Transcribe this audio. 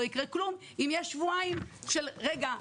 לא יקרה כלום אם נמתין שבועיים של: רגע,